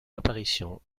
apparitions